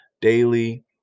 Daily